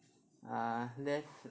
err left